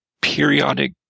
periodic